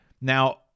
Now